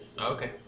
Okay